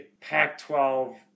Pac-12